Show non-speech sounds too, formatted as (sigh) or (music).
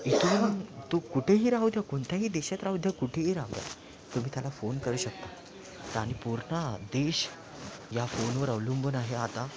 (unintelligible) तो कुठेही राहुद्या कोणत्याही देशात राहुद्या कुठेही राहुद्या तुम्ही त्याला फोन करू शकता आणि पूर्ण देश या फोनवर अवलंबून आहे आता